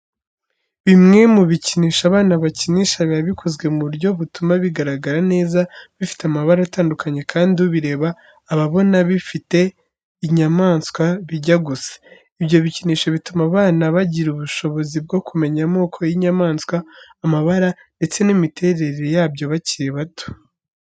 Bimwe mu bikinisho abana bakinisha biba bikozwe mu buryo butuma bigaragara neza, bifite amabara atandukanye, kandi ubireba aba abona bifite inyamanswa bijya gusa. Ibyo bikinisho bituma abana bagira ubushobozi bwo kumenya amoko y'inyamaswa, amabara, ndetse n'imiterere yabyo bakiri bato.